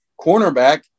cornerback